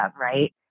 right